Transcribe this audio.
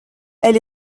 elle